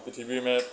বা পৃথিৱীৰ মেপ